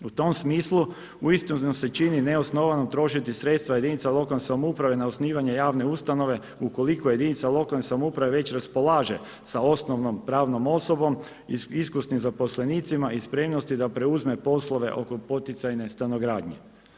U tom smislu uistinu se čini neosnovano trošiti sredstva jedinica lokalne samouprave na osnivanje javne ustanove ukoliko jedinica lokalne samouprave već raspolaže sa osnovnim pravnom osobom, iskusnim zaposlenicima i spremnosti da preuzme poslove oko poticajne stanogradnje.